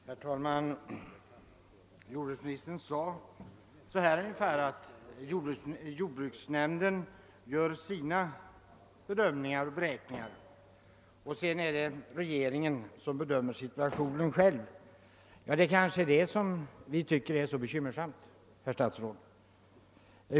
Herr talman! Jordbruksministern sade ungefär som så, att jordbruksnämnden gör sina bedömningar och beräkningar men att regeringen själv måste få bedöma situationen. Ja, det är kanske det som vi tycker är så bekymmersamt, herr statsråd.